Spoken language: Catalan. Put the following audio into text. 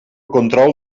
control